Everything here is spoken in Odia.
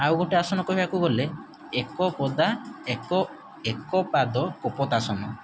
ଆଉ ଗୋଟେ ଆସନ କହିବାକୁ ଗଲେ ଏକପଦା ଏକ ଏକ ପାଦ ଓ ପଦାସନ